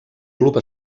club